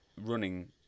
running